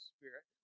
Spirit